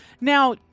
Now